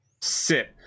Sit